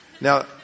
Now